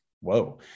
whoa